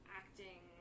acting